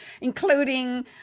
including